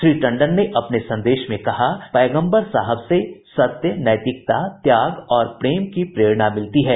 श्री टंडन ने अपने संदेश में कहा कि पैगम्बर साहब से सत्य नैतिकता त्याग और प्रेम की प्रेरणा मिलती है